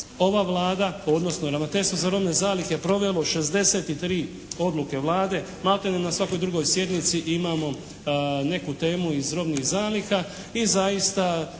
ova Vlada, odnosno Ravnateljstvo za robne zalihe provelo 63 odluke Vlade. Malte ne na svakoj drugoj sjednici imamo neku temu iz robnih zaliha.